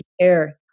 care